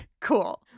Cool